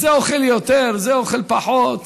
זה אוכל יותר, זה אוכל פחות,